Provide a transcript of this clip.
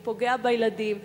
הוא פוגע בילדים,